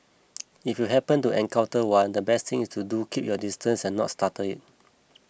if you happen to encounter one the best thing to do is to keep your distance and not startle it